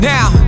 Now